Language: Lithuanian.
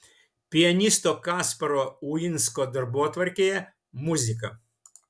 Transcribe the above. pianisto kasparo uinsko darbotvarkėje muzika